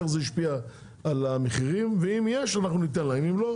איך זה השפיע על המחירים ואם יש אנחנו ניתן להם אם לא,